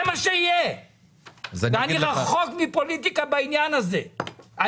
זה מה שיהיה ואני רחוק מפוליטיקה בעניין הזה.